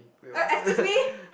oh excuse me